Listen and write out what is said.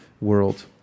world